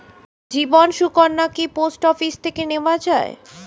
জীবন সুকন্যা কি post office থেকে নেওয়া যায়?